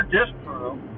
disprove